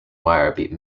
wire